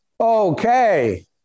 okay